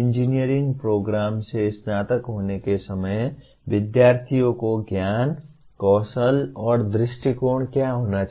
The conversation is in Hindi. इंजीनियरिंग प्रोग्राम से स्नातक होने के समय विद्यार्थियों को ज्ञान कौशल और दृष्टिकोण क्या होना चाहिए